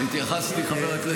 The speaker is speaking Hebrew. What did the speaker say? התייחסתי, חבר הכנסת רביבו.